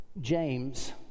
James